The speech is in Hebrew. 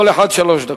כל אחד שלוש דקות.